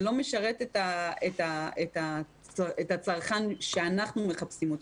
זה לא משרת את הצרכן שאנחנו מחפשים.